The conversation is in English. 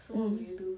mm